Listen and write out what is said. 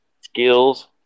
skills